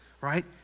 right